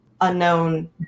unknown